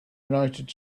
united